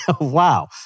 Wow